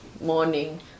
morning